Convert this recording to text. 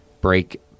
break